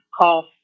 cough